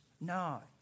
No